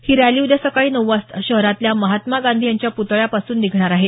ही rally उद्या सकाळी नऊ वाजता शहरातल्या महात्मा गांधी यांच्या प्तळ्यापासून निघणार आहे